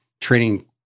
training